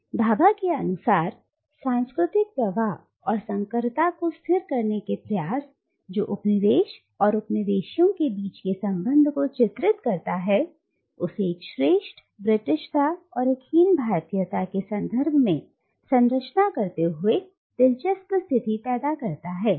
अब भाभा के अनुसार सांस्कृतिक प्रवाह और संकरता को स्थिर करने का प्रयास जो उपनिवेश और उपनिवेशीओ के बीच के संबंध को चित्रित करता है और उसे एक श्रेष्ठ ब्रिटिशता और एक हीन भारतीयता के संदर्भ में संरचना करते हुए दिलचस्प स्थिति पैदा करता है